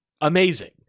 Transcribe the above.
amazing